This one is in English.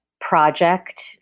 project